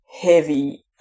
heavy